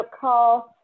call